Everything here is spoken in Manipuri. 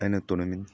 ꯑꯩꯅ ꯇꯣꯔꯅꯥꯃꯦꯟ